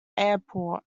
airport